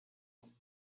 them